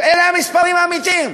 אלה המספרים האמיתיים.